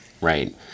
Right